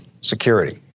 security